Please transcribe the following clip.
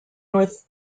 north